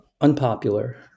unpopular